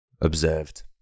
observed